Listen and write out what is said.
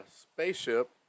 spaceship